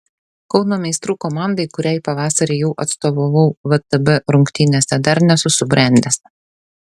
kauno meistrų komandai kuriai pavasarį jau atstovavau vtb rungtynėse dar nesu subrendęs